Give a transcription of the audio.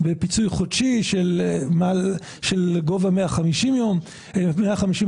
בפיצוי חודשי בגובה 150% מדמי מהשכירות,